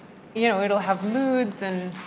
you know, it'll have moods and.